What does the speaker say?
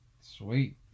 Sweet